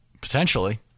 Potentially